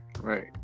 Right